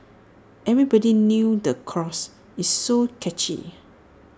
everybody knew the chorus it's so catchy